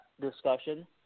discussion